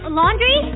laundry